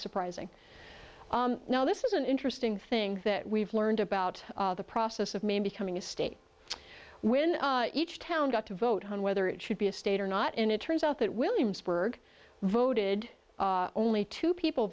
surprising now this is an interesting thing that we've learned about the yes of maine becoming a state when each town got to vote on whether it should be a state or not and it turns out that williamsburg voted only two people